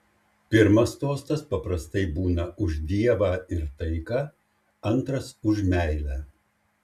pirmas tostas paprastai būna už dievą ir taiką antras už meilę